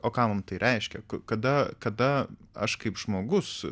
o ką mum tai reiškia kada kada aš kaip žmogus